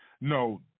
no